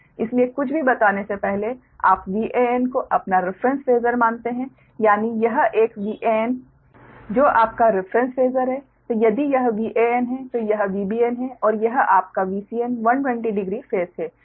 इसलिए कुछ भी बताने से पहले आप Van को अपना रिफ्रेन्स फेसर मानते हैं यानी यह एक Van जो आपका रिफ्रेन्स फेसर है तो यदि यह Van है तो यह Vbn है और यह आपका Vcn 1200 फेस है